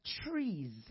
trees